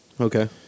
Okay